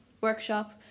workshop